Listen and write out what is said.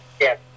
Yes